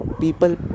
people